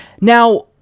Now